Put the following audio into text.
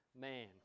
man